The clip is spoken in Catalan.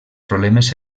problemes